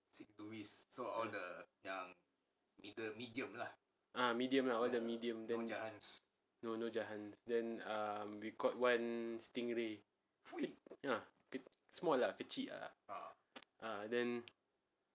ah medium lah all the medium then no no jahans then um we caught one stingray ah small lah kecil ah uh then